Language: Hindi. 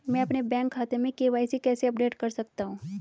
मैं अपने बैंक खाते में के.वाई.सी कैसे अपडेट कर सकता हूँ?